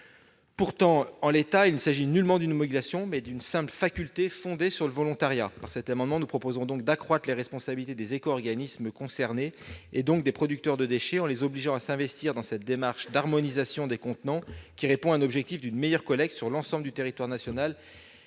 renforcée. En l'état, il ne s'agit nullement d'une obligation : c'est une simple faculté, fondée sur le volontariat. Par cet amendement, nous proposons donc d'accroître les responsabilités des éco-organismes en les obligeant à s'investir dans cette démarche d'harmonisation des contenants, qui répond à l'objectif d'une meilleure collecte sur l'ensemble du territoire national